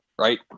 right